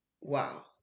wow